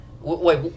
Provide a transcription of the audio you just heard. wait